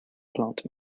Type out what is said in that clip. plant